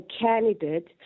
candidate